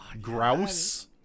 Grouse